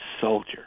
soldier